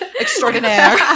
extraordinaire